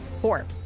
four